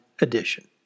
Edition